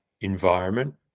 environment